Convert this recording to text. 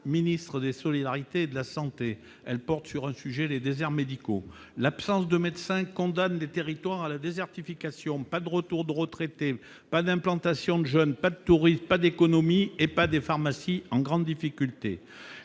Ministre des solidarités, de la santé, elle porte sur le sujet, les déserts médicaux : l'absence de médecins condamne des territoires à la désertification, pas de retour de retraités pas d'implantation John pas de touristes, pas d'économie et pas des pharmacies en grande difficulté,